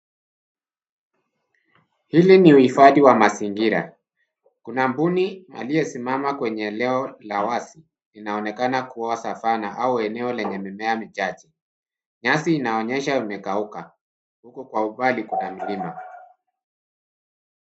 Hili ni uhifadhi wa mazingira. Kuna mbuni aliyesimama kwenye eneo la wazi inaonekana kuwa savana au eneo lenye mimea michache. Nyasi inaonyesha kukauka huku kwa umbali kuna milima.